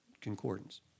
Concordance